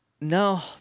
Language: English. No